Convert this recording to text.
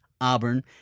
Auburn